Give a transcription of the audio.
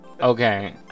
Okay